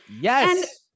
Yes